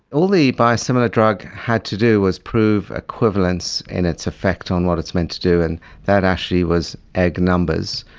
all the biosimilar drug had to do was prove equivalence in its effect on what it's meant to do, and that actually was egg numbers.